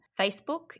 Facebook